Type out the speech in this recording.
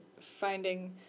finding